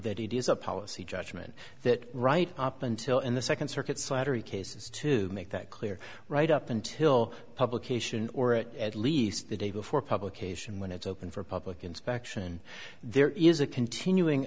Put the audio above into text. is a policy judgment that right up until in the second circuit slattery cases to make that clear right up until publication or it at least the day before publication when it's open for public inspection there is a continuing